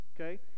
Okay